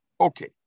Okay